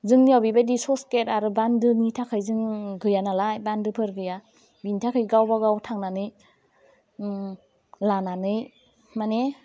जोंनियाव बेबायदि ससगेट आरो बान्दोनि थाखाय जों गैया नालाय बान्दोफोर गैया बेनि थाखाय गावबा गाव थांनानै उम लानानै मानि